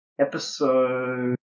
episode